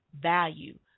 value